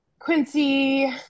Quincy